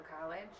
college